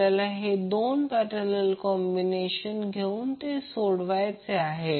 आपल्याला हे दोन पॅरलल कॉम्बिनेशन घेऊन ते सोडवायचे आहे